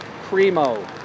Primo